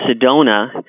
Sedona